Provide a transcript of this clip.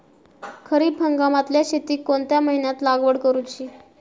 खरीप हंगामातल्या शेतीक कोणत्या महिन्यात लागवड करूची?